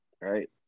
right